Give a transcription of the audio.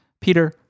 Peter